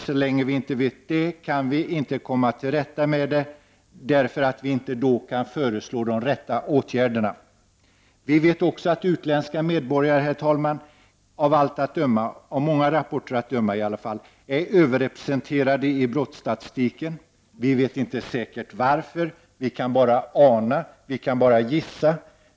Så länge vi inte vet det, kan vi inte komma till rätta med problemet, eftersom vi inte kan föreslå de rätta åtgärderna. Vi vet också att utländska medborgare av flera rapporter att döma är överrepresenterade i brottsstatistiken. Vi vet inte säkert varför. Vi kan bara ana eller gissa.